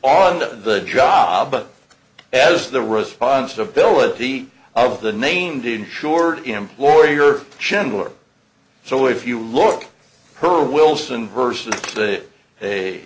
on the job as the responsibility of the named insured employer chandler so if you look for wilson versus the